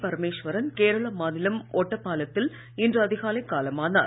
பரமேஸ்வரன் கேரள மாநிலம் ஒட்டப்பாலத்தில் இன்று அதிகாலை காலமானார்